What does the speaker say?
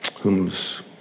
whom's